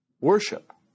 worship